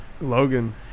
Logan